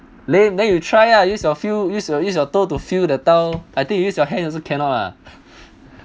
lame then you try ah use your feel use your use your toe to feel the tile I think you use your hand also cannot ah